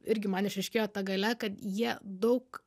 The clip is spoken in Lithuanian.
irgi man išryškėjo ta galia kad jie daug